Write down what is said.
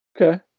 Okay